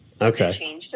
Okay